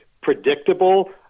predictable